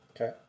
Okay